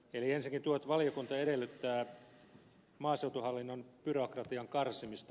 ensinnäkin valiokunta edellyttää maaseutuhallinnon byrokratian karsimista